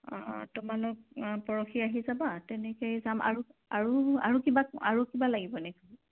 অঁ অঁ তোমালোক পৰহি আহি যাবা তেনেকে যাম আৰু আৰু আৰু কিবা আৰু কিবা লাগিব নেকি